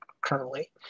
currently